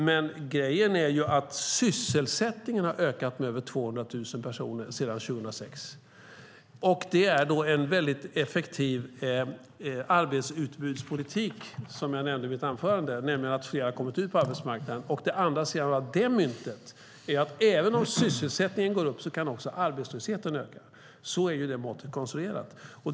Men grejen är ju att sysselsättningen har ökat med över 200 000 personer sedan 2006. Det är då en väldigt effektiv arbetsutbudspolitik, som jag nämnde i mitt anförande, nämligen att fler har kommit ut på arbetsmarknaden. Den andra sidan av det myntet är att även om sysselsättningen går upp kan arbetslösheten öka. Så är det måttet konstruerat.